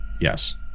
Yes